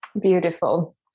Beautiful